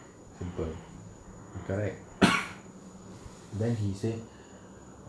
simple correct then he say